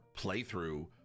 playthrough